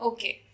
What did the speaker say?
Okay